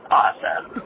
awesome